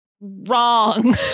wrong